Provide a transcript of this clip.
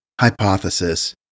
hypothesis